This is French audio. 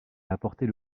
apporter